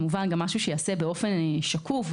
זה משהו שייעשה באופן שקוף,